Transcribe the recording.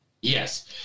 Yes